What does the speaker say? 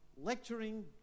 lecturing